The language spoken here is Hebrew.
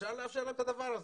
אפשר לאשר להם את הדבר הזה.